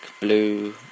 blue